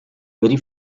very